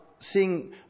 seeing